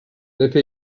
lippi